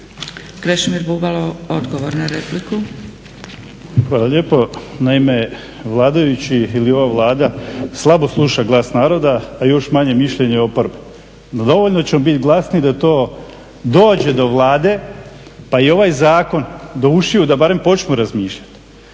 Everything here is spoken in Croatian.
repliku. **Bubalo, Krešimir (HDSSB)** Hvala lijepo. Naime, vladajući ili ova Vlada slabo sluša glas naroda, a još manje mišljenje oporbe. No dovoljno ćemo bit glasni da to dođe do Vlade, pa i ovaj zakon do ušiju da barem počnu razmišljati.